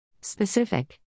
specific